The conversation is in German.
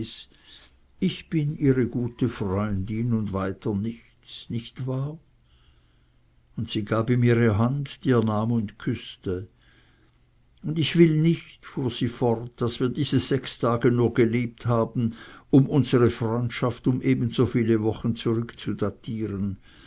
ich bin ihre gute freundin und weiter nichts nicht wahr und sie gab ihm ihre hand die er nahm und küßte und ich will nicht fuhr sie fort daß wir diese sechs tage nur gelebt haben um unsre freundschaft um ebenso viele wochen